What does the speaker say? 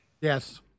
Yes